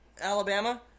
Alabama